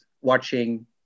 watching